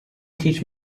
teach